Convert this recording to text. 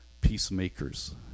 peacemakers